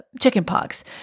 chickenpox